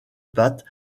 pattes